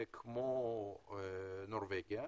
ונורבגיה,